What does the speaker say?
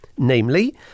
Namely